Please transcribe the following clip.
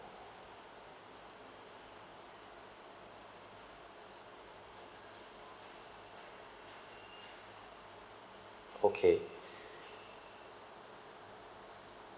okay